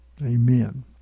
Amen